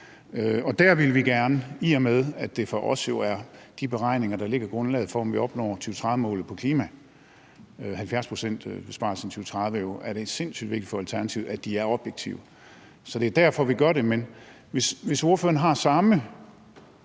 der har vaklet. I og med at det jo er de beregninger, der lægger grundlaget for, om vi opnår 2030-målet for klimaet, en 70-procentsbesparelse i 2030 jo, er det sindssygt vigtigt for Alternativet, at de er objektive. Så det er derfor, vi gør det. Men hvis ordføreren har samme